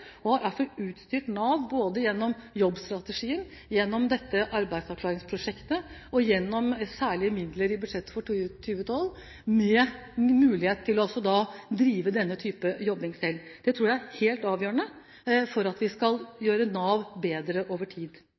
og har derfor utstyrt Nav, både gjennom jobbstrategien, gjennom dette arbeidsavklaringsprosjektet og gjennom særlige midler i budsjettet for 2012, med mulighet til også å drive denne type jobbing selv. Det tror jeg er helt avgjørende for at vi skal gjøre Nav bedre over tid.